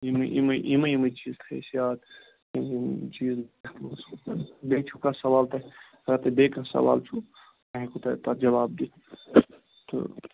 یِمنٕے یِمَے یِمَے یِمَے چیٖز تھٲے اَسہِ یاد یِم یِم چیٖز بیٚیہِ چھُ کانٛہہ سوال تۄہہِ اگر تُہۍ بیٚیہِ کانٛہہ سوال چھُو بہٕ ہٮ۪کو تۄہہِ تَتھ جواب دِتھ تہٕ